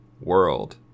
world